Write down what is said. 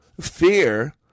Fear